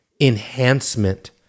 enhancement